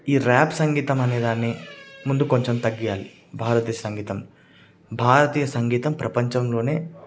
ఈ ర్యాప్ సంగీతం అనేదాన్ని ముందు కొంచెం తగ్గియాలి భారతీయ సంగీతం భారతీయ సంగీతం ప్రపంచంలోనే